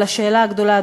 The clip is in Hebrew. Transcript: אבל השאלה הגדולה,